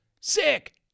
sick